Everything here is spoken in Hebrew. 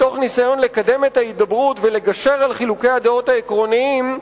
בניסיון לקדם את ההידברות ולגשר על חילוקי הדעות העקרוניים,